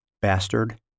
Bastard